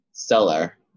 seller